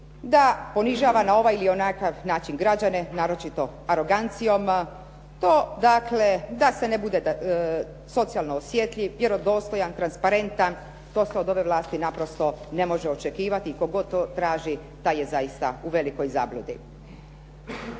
da ponižava na ovaj ili onakav građane, naročito arogancijom. To dakle, da se ne bude socijalno osjetljiv, vjerodostojan, transparentan, to se od ove vlasti naprosto ne može očekivati i tko god to traži taj je zaista u velikoj zabludi.